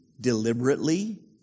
deliberately